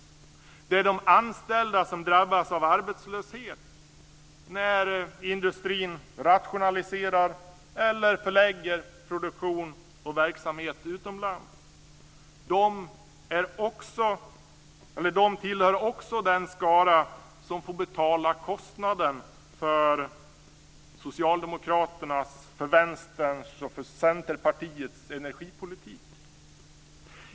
Det är de anställda som drabbas av arbetslöshet när industrin rationaliserar eller förlägger produktion och verksamhet utomlands. De tillhör också den skara som får betala kostnaden för Socialdemokraternas, Vänsterns och Centerpartiets energipolitik.